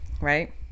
right